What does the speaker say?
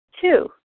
Two